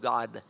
God